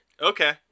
okay